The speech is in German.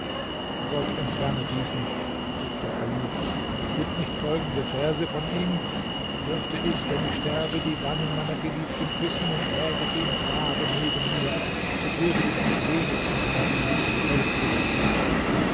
gott entferne diesen rief der kalif sind nicht folgende verse von ihm dürfte ich wenn ich sterbe die wangen meiner geliebten küssen und läge sie im grabe neben mir so würde ich mich wenig um paradies und hölle kümmern